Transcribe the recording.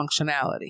functionality